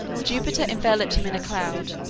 jupiter enveloped him in a cloud,